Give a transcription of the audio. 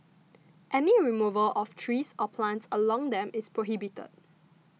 any removal of trees or plants along them is prohibited